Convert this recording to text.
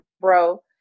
bro